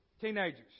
Teenagers